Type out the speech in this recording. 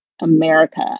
America